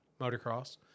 motocross